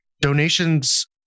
Donations